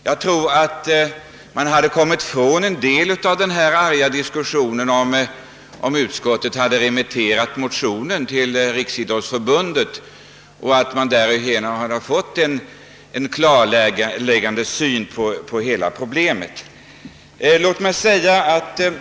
Jag tror att vi hade sluppit en del av den här arga diskussionen, om utskottet hade remitterat motionen till Riksidrottsförbundet och därifrån fått en klargörande syn på hela problemet.